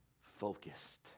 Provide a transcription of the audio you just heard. focused